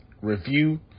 review